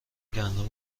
گندم